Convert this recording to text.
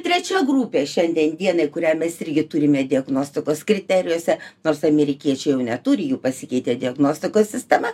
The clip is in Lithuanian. trečia grupė šiandien dienai kurią mes irgi turime diagnostikos kriterijuose nors amerikiečiai jau neturi jų pasikeitė diagnostikos sistema